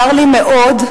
צר לי מאוד,